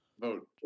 Vote